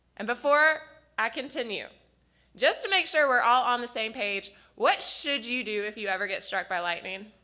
and before i continue just to make sure were all on the same page, what should you do if you ever get struck by lightning?